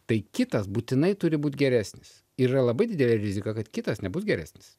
tai kitas būtinai turi būti geresnis yra labai didelė rizika kad kitas nebus geresnis